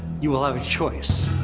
you will have a choice.